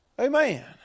Amen